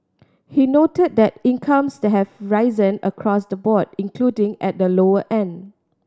he noted that incomes have risen across the board including at the lower end